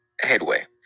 headway